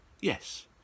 yes